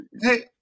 hey